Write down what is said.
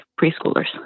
preschoolers